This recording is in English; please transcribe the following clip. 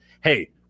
hey